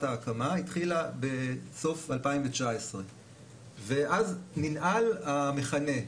ההקמה התחילה בסוף 2019 ואז ננעל המכנה.